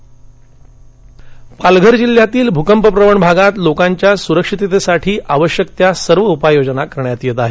पालघर पालघर जिल्ह्यातील भूकंपप्रवण भागात लोकांच्या सुरक्षिततेसाठी आवश्यक त्या सर्व उपाययोजना करण्यात येत आहेत